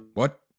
what?